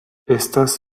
estas